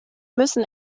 müssen